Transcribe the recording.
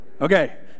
Okay